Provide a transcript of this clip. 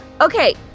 Okay